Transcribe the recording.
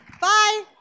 Bye